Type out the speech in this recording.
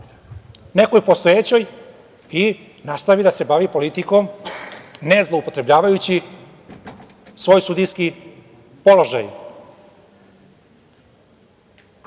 nekoj postojećoj i nastavi da se bavi politikom, ne zloupotrebljavajući svoj sudijski položaj. Niko